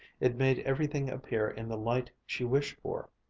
it made everything appear in the light she wished for.